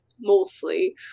mostly